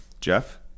Jeff